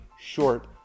short